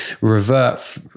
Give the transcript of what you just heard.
revert